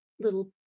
little